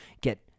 Get